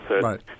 Right